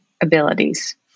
abilities